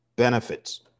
benefits